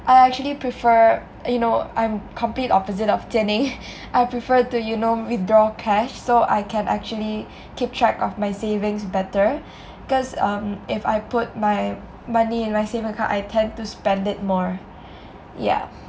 I actually prefer you know I'm complete opposite of Jian-Ning I prefer to you know withdraw cash so I can actually keep track of my savings better because um if I put my money in my saving account I tend to spend it more ya